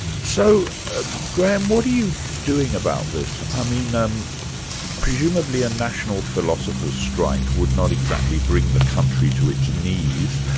so ah graham, what are you doing about this? i mean um presumably a national philosophers strike would not exactly bring the country to its knees.